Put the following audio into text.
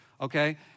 okay